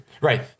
Right